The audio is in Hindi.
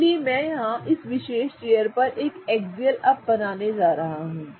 इसलिए मैं यहां इस विशेष चेयर पर एक एक्सियल अप बनाने जा रहा हूं